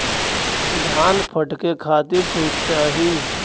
धान फटके खातिर सूप चाही